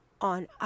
on